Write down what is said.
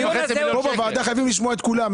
אנחנו בוועדה חייבים לשמוע את כולם.